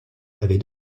avaient